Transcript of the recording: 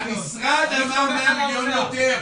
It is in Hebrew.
עם כל הכבוד --- המשרד אמר, 100 מיליון יותר.